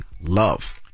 love